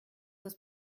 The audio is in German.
das